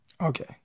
Okay